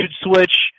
switch